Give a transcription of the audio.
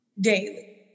daily